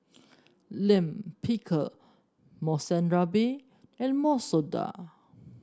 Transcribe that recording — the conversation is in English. Lime Pickle Monsunabe and Masoor Dal